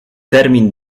termin